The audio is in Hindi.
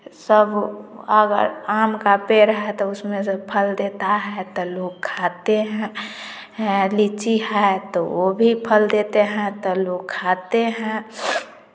सब अगर आम का पेड़ है तो उसमें से फल देता है तो लोग खाते हैं लीची है तो वो भी फल देते हैं तो लोग खाते हैं